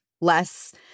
less